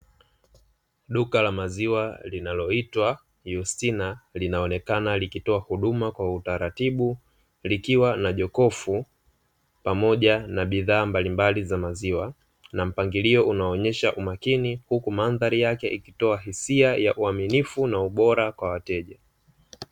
Duka la maziwa linaloitwa yustina linaonekana likitoa huduma kwa utaratibu likiwa na jokofu pamoja na bidhaa mbalimbali za maziwa na mupangilio unaonesha umakini huku madhari yake ikitoa hisia ya uaminifu na ubora kwa wateja.